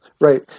Right